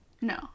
No